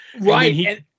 Right